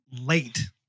late